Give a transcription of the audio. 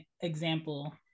example